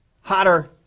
hotter